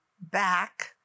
back